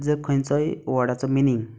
जर खंयचोय वर्डाचो मिनींग